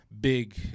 big